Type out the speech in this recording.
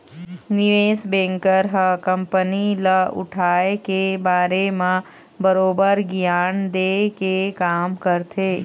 निवेस बेंकर ह कंपनी ल उठाय के बारे म बरोबर गियान देय के काम करथे